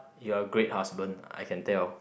you're great husband I can tell